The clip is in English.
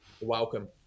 Welcome